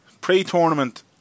pre-tournament